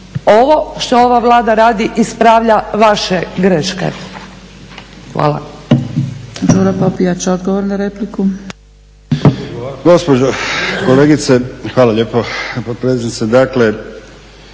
ovo što ova Vlada radi ispravlja vaše greške. Hvala.